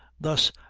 thus,